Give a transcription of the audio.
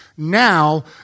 now